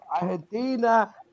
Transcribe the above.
Argentina